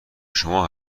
شما